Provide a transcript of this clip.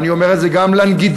ואני אומר את זה גם לנגידים,